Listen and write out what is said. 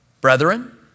Brethren